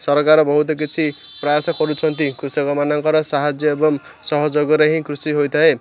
ସରକାର ବହୁତ କିଛି ପ୍ରୟାସ କରୁଛନ୍ତି କୃଷକ ମାନଙ୍କର ସାହାଯ୍ୟ ଏବଂ ସହଯୋଗରେ ହିଁ କୃଷି ହୋଇଥାଏ